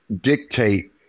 dictate